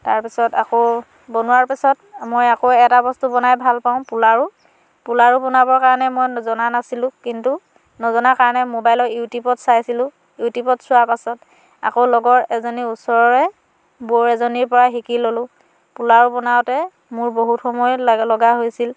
তাৰ পাছত আকৌ বনোৱাৰ পাছত মই আকৌ এটা বস্তু বনাই ভাল পাওঁ পোলাও পোলাও বনাব কাৰণে মই জনা নাছিলোঁ কিন্তু নজনা কাৰণে ম'বাইলৰ ইউটিউবত চাইছিলোঁ ইউটিউবত চোৱাৰ পাছত আকৌ লগৰ এজনী ওচৰৰে বৌ এজনীৰ পৰা শিকি ল'লোঁ পোলাৰো বনাওঁতে মোৰ বহুত সময় লগা হৈছিল